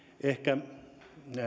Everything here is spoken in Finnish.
ehkä